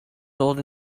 sold